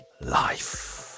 life